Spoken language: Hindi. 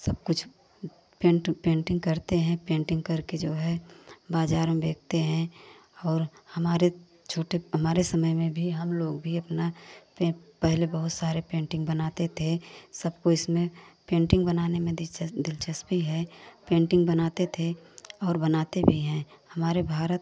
सब कुछ पेंट पेंटिंग करते हैं पेंटिंग करके जो है बाज़ार में बेचते हैं और हमारे छोटे हमारे समय में भी हम लोग भी अपना पहले बहुत सारी पेंटिंग बनाते थे सबको इसमें पेंटिंग बनाने में डिस्च दिलचस्पी है पेटिंग बनाते थे और बनाते भी हैं हमारे भारत